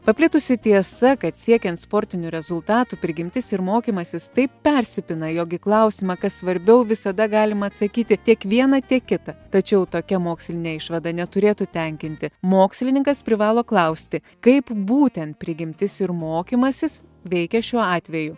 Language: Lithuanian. paplitusi tiesa kad siekiant sportinių rezultatų prigimtis ir mokymasis taip persipina jog į klausimą kas svarbiau visada galima atsakyti tiek viena tiek kita tačiau tokia mokslinė išvada neturėtų tenkinti mokslininkas privalo klausti kaip būtent prigimtis ir mokymasis veikia šiuo atveju